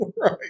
Right